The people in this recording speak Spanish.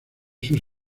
sus